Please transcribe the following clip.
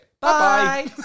Bye